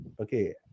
Okay